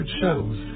shows